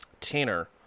Tanner